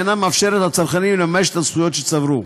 שאינה מאפשרת לצרכנים לממש את הזכויות שצברו.